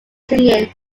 singing